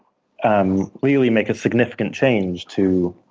um really make a significant change to